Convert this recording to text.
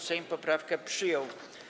Sejm poprawkę przyjął.